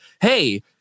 hey